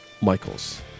Michaels